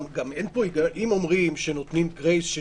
12:12) גם אם אומרים שנותנים גרייס של